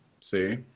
See